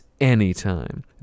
anytime